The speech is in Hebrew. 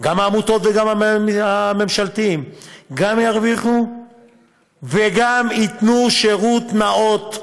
גם העמותות וגם הממשלתיים גם ירוויחו וגם ייתנו שירות נאות ומכובד,